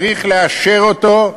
צריך לאשר אותו,